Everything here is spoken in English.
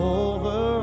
over